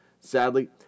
Sadly